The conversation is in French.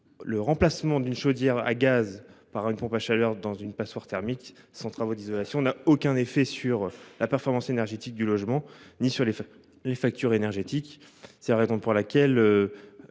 le remplacement d’une chaudière à gaz par une pompe à chaleur dans une passoire thermique, sans travaux d’isolation, n’a aucun effet sur la performance énergétique du logement, pas plus que sur les factures énergétiques. Le présent amendement